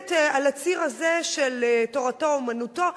ובאמת על הציר הזה של תורתו אומנותו,